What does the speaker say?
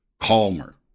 calmer